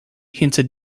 hinter